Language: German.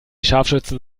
scharfschützen